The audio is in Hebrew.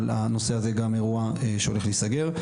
אבל הנושא הזה הוא גם אירוע שהולך להיסגר.